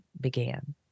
began